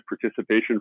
participation